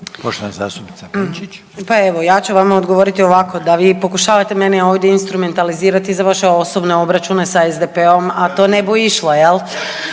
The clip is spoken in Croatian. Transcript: Sandra (Možemo!)** Pa evo ja ću vam odgovoriti ovako da vi pokušavate mene ovdje instrumentalizirati za vaše osobne obračune s SDP-om, a to ne bu išlo jel.